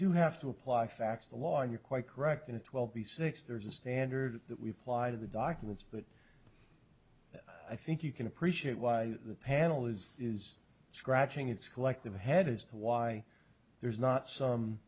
do have to apply facts the law you're quite correct and it will be six there's a standard that we plied of the documents but i think you can appreciate why the panel is is scratching its collective head as to why there's not some